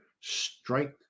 strike